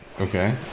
Okay